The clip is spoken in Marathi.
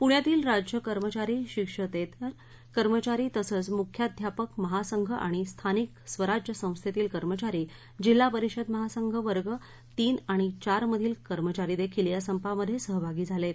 प्ण्यातील राज्य कर्मचारी शिक्षकेतर कर्मचारी तसच मुख्याध्यापक महासंघ आणि स्थानिक स्वराज्य संस्थेतील कर्मचारी जिल्हा परिषद महासंघ वर्ग तीन आणि चार मधील कर्मचारी देखील या संपामध्ये सहभागी झालेत